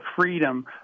freedom